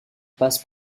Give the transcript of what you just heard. passe